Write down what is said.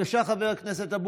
ירצה חבר הכנסת,